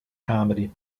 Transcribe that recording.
comedy